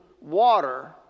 water